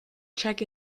check